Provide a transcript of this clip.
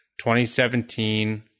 2017